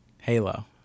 Halo